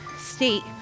state